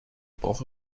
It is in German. brauche